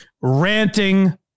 ranting